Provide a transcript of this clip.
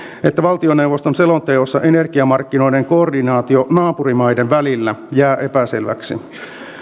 että valtioneuvoston selonteossa energiamarkkinoiden koordinaatio naapurimaiden välillä jää epäselväksi